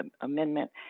Amendment